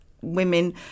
Women